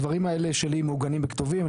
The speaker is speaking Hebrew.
הדברים האלה שלי מעוגנים בכתובים,